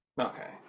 okay